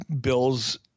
Bill's